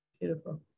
beautiful